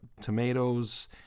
tomatoes